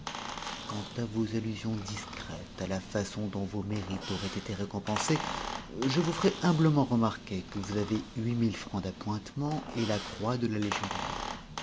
quant à vos allusions discrètes à la façon dont vos mérites auraient été récompensés je vous ferai humblement remarquer que vous avez huit mille francs d'appointements et la croix de la légion d'honneur